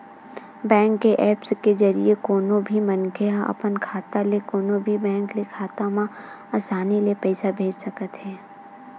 bank के apps के जरिए कोनो भी मनखे ह अपन खाता ले कोनो भी बेंक के खाता म असानी ले पइसा भेज सकत हे